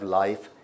life